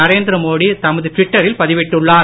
நரேந்திர மோடி தமது ட்விட்டரில் பதிவிட்டுள்ளார்